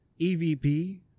EVP